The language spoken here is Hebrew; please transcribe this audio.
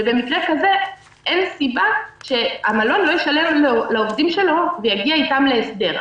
במקרה כזה אין סיבה שהמלון לא ישלם לעובדים שלו ויגיע איתם להסדר.